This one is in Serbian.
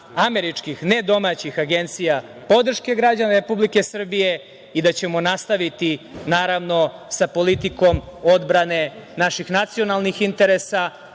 američkih, ne domaćih agencija, podrške građana Republike Srbije i da ćemo nastaviti, naravno, sa politikom odbrane naših nacionalnih interesa,